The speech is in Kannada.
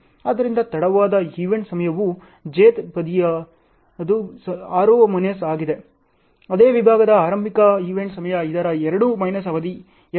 ಆದ್ದರಿಂದ ತಡವಾದ ಈವೆಂಟ್ ಸಮಯವು jth ಬದಿಯದು 6 ಮೈನಸ್ ಆಗಿದೆ ಅದೇ ವಿಭಾಗದ ಆರಂಭಿಕ ಈವೆಂಟ್ ಸಮಯ ಇದರ 2 ಮೈನಸ್ ಅವಧಿ 2